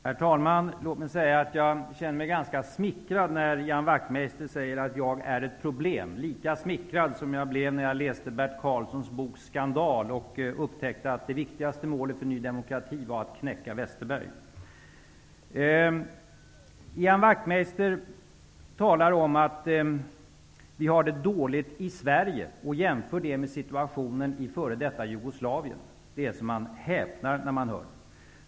Herr talman! Låt mig säga att jag känner mig ganska smickrad när Ian Wachtmeister säger att jag är ett problem, lika smickrad som jag blev när jag läste Bert Karlssons bok ''Skandal'' och upptäckte att det viktigaste målet för Ny demokrati var att knäcka Westerberg. Ian Wachtmeister talar om att vi har det dåligt i Sverige och jämför med situationen i f.d. Jugoslavien. Man häpnar när man hör det!